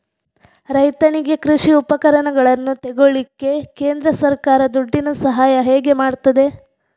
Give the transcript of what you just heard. ರೈತನಿಗೆ ಕೃಷಿ ಉಪಕರಣಗಳನ್ನು ತೆಗೊಳ್ಳಿಕ್ಕೆ ಕೇಂದ್ರ ಸರ್ಕಾರ ದುಡ್ಡಿನ ಸಹಾಯ ಹೇಗೆ ಮಾಡ್ತದೆ?